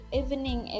evening